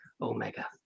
Omega